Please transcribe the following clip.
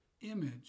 image